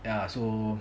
ya so